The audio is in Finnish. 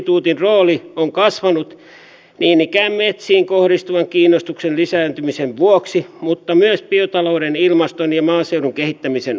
instituutin rooli on kasvanut niin ikään metsiin kohdistuvan kiinnostuksen lisääntymisen vuoksi mutta myös biotalouden ilmaston ja maaseudun kehittämisen osalta